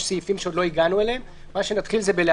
יש